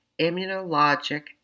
immunologic